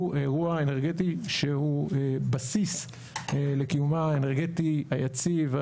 הוא האנרגטי שהוא בסיס לקיומה האנרגטי היציב,